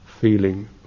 feeling